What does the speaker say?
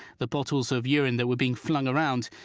the bottles of urine that were being flung around.